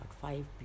five